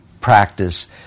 practice